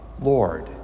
Lord